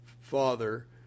father